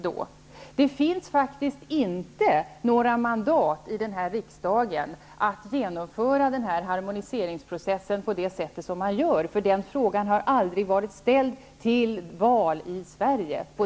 Det finns faktiskt inte mandat i denna riksdag att genomföra den här harmoniseringsprocessen på det sätt som är tänkt, därför att frågan aldrig har varit underställd väljarna i Sverige.